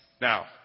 Now